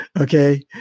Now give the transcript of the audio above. Okay